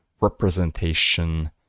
representation